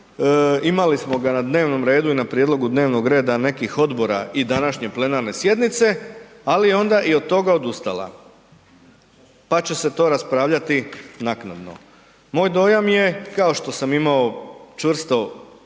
Imali smo ga na dnevnom redu i na prijedlogu dnevnog reda nekih odbora i današnje plenarne sjednice, ali je onda i od toga odustala, pa će se to raspravljati naknadno. Moj dojam je kao što sam imao čvrsto,